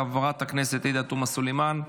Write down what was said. חברת הכנסת עאידה תומא סלימאן,